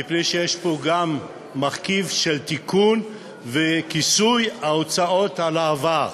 מפני שיש פה גם מרכיב של תיקון וכיסוי ההוצאות על העבר.